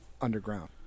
underground